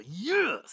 yes